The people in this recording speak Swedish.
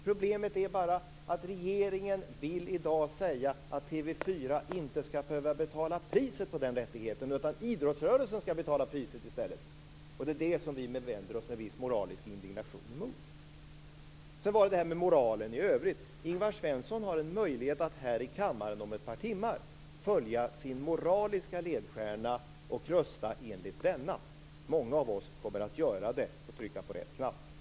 Problemet är bara att regeringen vill i dag säga att TV 4 inte skall behöva betala priset för den rättigheten. I stället är det idrottsrörelsen som skall betala. Det är det som vi med en viss moralisk indignation vänder oss emot. När det gäller moralen i övrigt har Ingvar Svensson en möjlighet att här i kammaren om ett par timmar följa sin moraliska ledstjärna och rösta enligt denna. Många av oss kommer att göra det och trycka på rätt knapp.